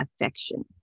affection